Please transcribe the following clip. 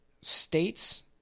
states